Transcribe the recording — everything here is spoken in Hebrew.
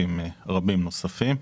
פרויקטים רבים נוספים.